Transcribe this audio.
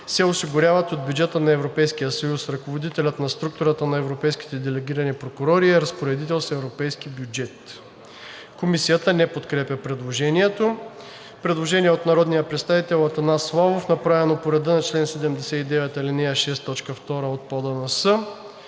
се осигуряват от бюджета на Европейския съюз. Ръководителят на структурата на европейските делегирани прокурори е разпоредител с европейски бюджет.“ Комисията не подкрепя предложението. Има предложение от народния представител Атанас Славов, направено по реда на чл. 79, ал. 6, т.2 от ПОДНС.